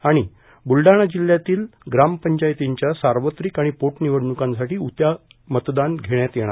आणि बुलडाणा जिल्ह्यातील ग्रामपंचायतींच्या सार्वत्रिक आणि पोटनिवडणुकांसाठी उद्या मतदान घेण्यात येणार